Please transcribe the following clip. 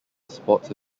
sports